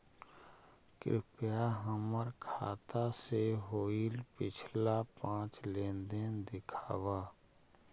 कृपा हमर खाता से होईल पिछला पाँच लेनदेन दिखाव